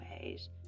ways